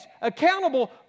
accountable